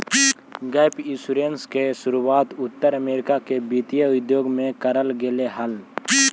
gap insurance के शुरुआत उत्तर अमेरिका के वित्तीय उद्योग में करल गेले हलाई